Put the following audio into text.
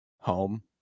home